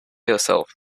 yourself